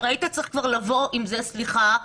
הרי היית צריך כבר לבוא עם זה סליחה,